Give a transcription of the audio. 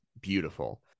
beautiful